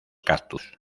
cactus